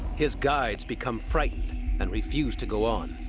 his guides become frightened and refuse to go on.